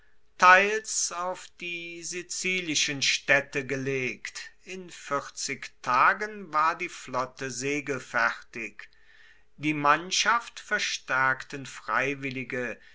teils auf die sizilischen staedte gelegt in vierzig tagen war die flotte segelfertig die mannschaft verstaerkten freiwillige